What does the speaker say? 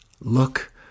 look